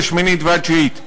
השמיני והתשיעי.